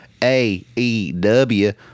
AEW